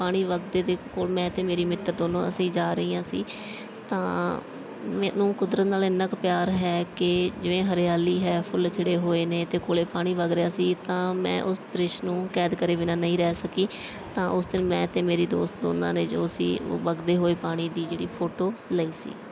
ਪਾਣੀ ਵਗਦੇ ਦੇ ਕੋਲ ਮੈਂ ਅਤੇ ਮੇਰੀ ਮਿੱਤਰ ਦੋਨੋਂ ਅਸੀਂ ਜਾ ਰਹੀਆਂ ਸੀ ਤਾਂ ਮੈਨੂੰ ਕੁਦਰਤ ਨਾਲ ਇੰਨਾ ਕੁ ਪਿਆਰ ਹੈ ਕਿ ਜਿਵੇਂ ਹਰਿਆਲੀ ਹੈ ਫੁੱਲ ਖਿੜ੍ਹੇ ਹੋਏ ਨੇ ਅਤੇ ਕੋਲ ਪਾਣੀ ਵੱਗ ਰਿਹਾ ਸੀ ਤਾਂ ਮੈਂ ਉਸ ਦ੍ਰਿਸ਼ ਨੂੰ ਕੈਦ ਕਰੇ ਬਿਨਾਂ ਨਹੀਂ ਰਹਿ ਸਕੀ ਤਾਂ ਉਸ ਦਿਨ ਮੈਂ ਅਤੇ ਮੇਰੀ ਦੋਸਤ ਦੋਨਾਂ ਨੇ ਜੋ ਸੀ ਉਹ ਵਗਦੇ ਹੋਏ ਪਾਣੀ ਦੀ ਜਿਹੜੀ ਫੋਟੋ ਲਈ ਸੀ